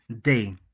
day